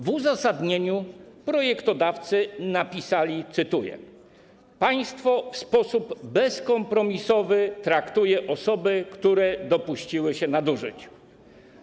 W uzasadnieniu projektodawcy napisali, cytuję: Państwo w sposób bezkompromisowy traktuje osoby, które dopuściły się nadużyć.